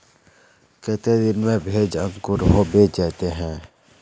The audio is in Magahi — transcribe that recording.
केते दिन में भेज अंकूर होबे जयते है?